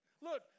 Look